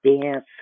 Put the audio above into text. dance